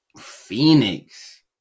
Phoenix